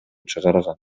чыгарган